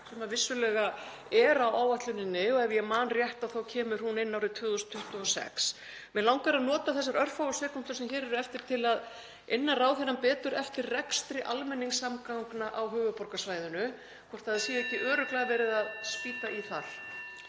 sem vissulega er á áætluninni og ef ég man rétt þá kemur hún inn árið 2026. Mig langar að nota þessar örfáu sekúndur sem hér eru eftir til að inna ráðherrann betur eftir rekstri almenningssamgangna á höfuðborgarsvæðinu, hvort ekki sé örugglega (Forseti hringir.) verið að spýta í þar.